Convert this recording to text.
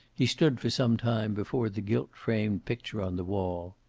he stood for some time before the gilt-framed picture on the wall.